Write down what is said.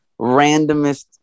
randomest